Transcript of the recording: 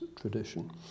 tradition